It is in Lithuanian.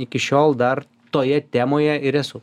iki šiol dar toje temoje ir esu